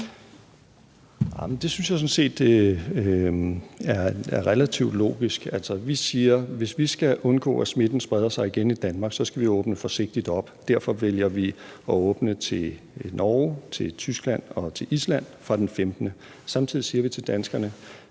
Det synes jeg sådan set er relativt logisk. Vi siger, at hvis vi skal undgå, at smitten spreder sig igen i Danmark, så skal vi åbne forsigtigt op. Derfor vælger vi at åbne til Norge, til Tyskland og til Island fra den 15. juni. Samtidig siger vi til danskerne: